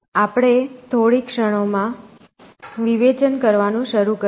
આપણે થોડી ક્ષણમાં વિવેચન કરવાનું શરૂ કરીશું